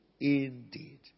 indeed